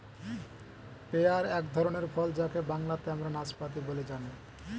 pair এক ধরনের ফল যাকে বাংলাতে আমরা নাসপাতি বলে জানি